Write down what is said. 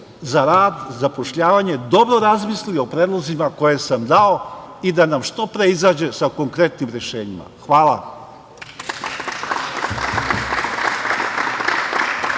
za rad, zapošljavanje dobro razmisli o predlozima koje sam dao i da nam što pre izađe sa konkretnim rešenjima. Hvala.